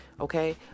Okay